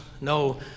no